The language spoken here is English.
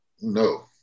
no